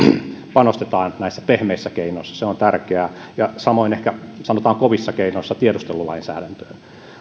panostetaan näissä pehmeissä keinoissa se on tärkeää ja samoin ehkä sanotaan kovissa keinoissa tiedustelulainsäädäntöön mutta